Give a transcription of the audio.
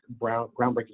groundbreaking